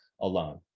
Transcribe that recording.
alone